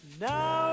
now